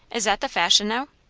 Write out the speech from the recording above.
is that the fashion now?